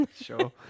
sure